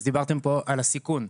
אז דיברתם פה על הסיכון.